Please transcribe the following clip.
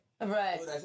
right